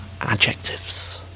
adjectives